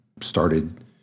started